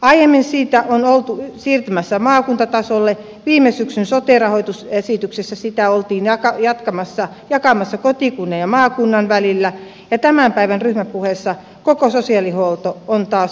aiemmin siitä on oltu siirtymässä maakuntatasolle viime syksyn sote rahoitusesityksessä sitä oltiin jakamassa kotikunnan ja maakunnan välillä ja tämän päivän ryhmäpuheessa koko sosiaalihuolto on taas menossa maakunnalle